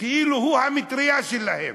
כאילו הוא המטרייה שלהם.